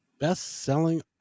best-selling